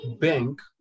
bank